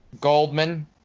Goldman